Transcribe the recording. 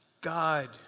God